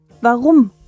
warum